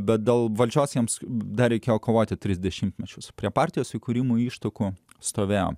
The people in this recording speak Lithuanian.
bet dėl valdžios jiems dar reikėjo kovoti tris dešimtmečius prie partijos įkūrimo ištakų stovėjo